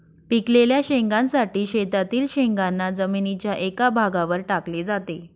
पिकलेल्या शेंगांसाठी शेतातील शेंगांना जमिनीच्या एका भागावर टाकले जाते